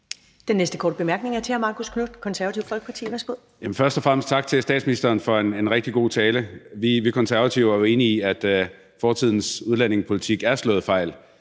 Den næste korte bemærkning er til hr. Marcus Knuth, Det Konservative Folkeparti. Værsgo. Kl. 10:20 Marcus Knuth (KF): Først og fremmest tak til statsministeren for en rigtig god tale. Vi Konservative er jo enige i, at fortidens udlændingepolitik er slået fejl,